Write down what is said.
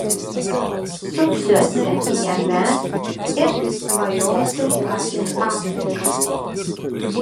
supsiuosi jame ir svajosiu apie afriką